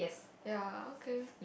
ya okay